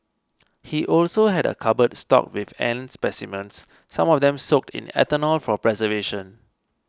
he also had a cupboard stocked with ant specimens some of them soaked in ethanol for preservation